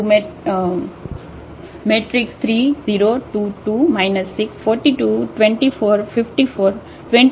તેથી આ મેટ્રિક્સનો ક્રમ અહીં 3 0 2 2 છે અને